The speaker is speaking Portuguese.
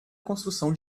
construção